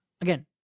again